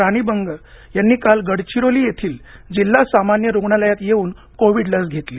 राणी बंग यांनी काल गडचिरोली येथील जिल्हा सामान्य रूग्णालयात येऊन कोविड लस घेतली